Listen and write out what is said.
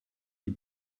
die